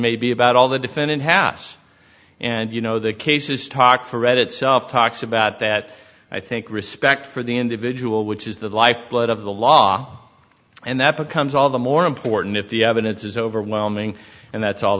may be about all the defendant hass and you know the case is takfir read itself talks about that i think respect for the individual which is the lifeblood of the law and that becomes all the more important if the evidence is overwhelming and that's all